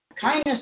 kindness